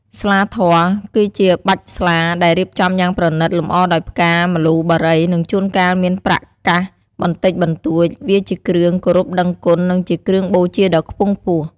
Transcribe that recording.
ស្លាធម៌ គឺជាបាច់ស្លាដែលរៀបចំយ៉ាងប្រណិត លម្អដោយផ្កា ម្លូ បារី និងជួនកាលមានប្រាក់កាសបន្តិចបន្តួច វាជាគ្រឿងគោរពដឹងគុណ និងជាគ្រឿងបូជាដ៏ខ្ពង់ខ្ពស់។